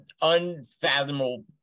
unfathomable